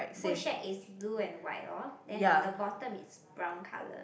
food shack is blue and white lor then on the bottom it's brown colour